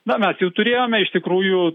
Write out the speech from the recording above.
na mes jau turėjome iš tikrųjų